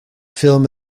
film